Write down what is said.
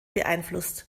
beeinflusst